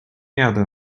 jadę